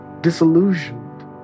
disillusioned